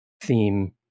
theme